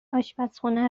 آشپرخونه